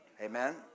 Amen